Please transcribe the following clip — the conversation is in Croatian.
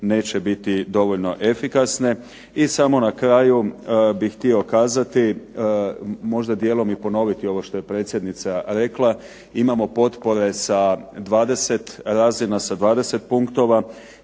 neće biti dovoljno efikasne. I samo na kraju bih htio kazati, možda djelom i ponoviti ovo što je predsjednica rekla. Imamo potpore sa 20 razina, sa 20 punktova.